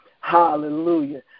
Hallelujah